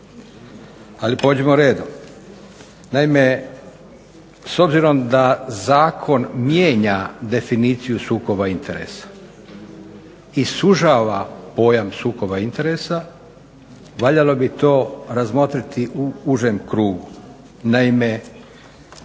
Ali pođimo redom. Naime s obzirom da zakon mijenja definiciju sukoba interesa, i sužava pojam sukoba interesa, valjalo bi to razmotriti u užem krugu. Naime sadašnji